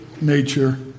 nature